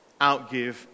outgive